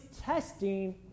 testing